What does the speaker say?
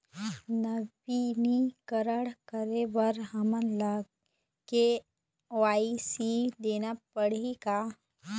नवीनीकरण करे बर हमन ला के.वाई.सी देना पड़ही का?